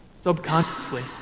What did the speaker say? subconsciously